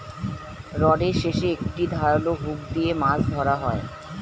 রডের শেষে একটি ধারালো হুক দিয়ে মাছ ধরা হয়